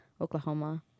oklahoma